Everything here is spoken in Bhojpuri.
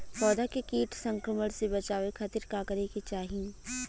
पौधा के कीट संक्रमण से बचावे खातिर का करे के चाहीं?